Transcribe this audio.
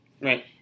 right